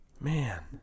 Man